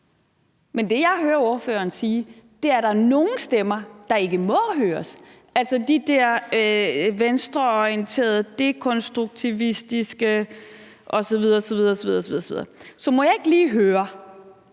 Men det, jeg hører ordføreren sige, er, at der er nogle stemmer, der ikke må høres, altså de der venstreorienterede dekonstruktivistiske osv. osv. Så må jeg ikke lige høre,